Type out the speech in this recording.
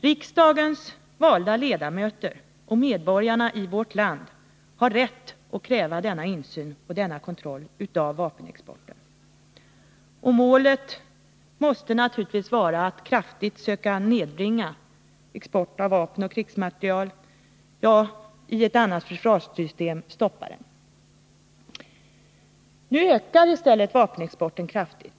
Riksdagens valda ledamöter och medborgarna i vårt land måste ha rätt att kräva denna insyn och denna kontroll av vapenexporten. Målet måste naturligtvis vara att kraftigt söka nedbringa vapenoch krigsmaterielexporten — ja, i ett annat försvarssystem stoppa den. Nu ökar i stället vapenexporten kraftigt.